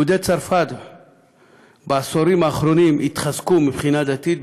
יהודי צרפת בעשורים האחרונים התחזקו מבחינה דתית,